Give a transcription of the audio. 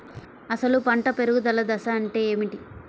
అసలు పంట పెరుగుదల దశ అంటే ఏమిటి?